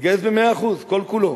מתגייס ב-100%, כל כולו.